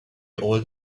old